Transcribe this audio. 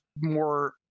more